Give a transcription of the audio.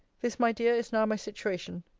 this, my dear, is now my situation.